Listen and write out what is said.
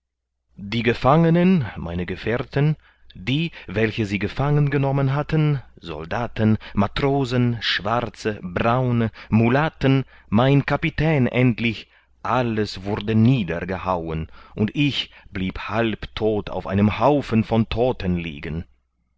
die gefangenen meine gefährten die welche sie gefangen genommen hatten soldaten matrosen schwarze braune mulatten mein kapitän endlich alles wurde niedergehauen und ich blieb halbtodt auf einem haufen von todten liegen